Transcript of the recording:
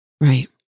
Right